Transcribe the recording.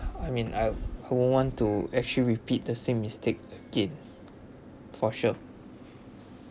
I mean I who would want to actually repeat the same mistake again for sure